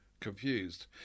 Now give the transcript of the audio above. confused